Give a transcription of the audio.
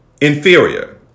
inferior